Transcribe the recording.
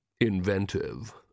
inventive